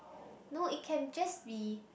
no it can just be